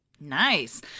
Nice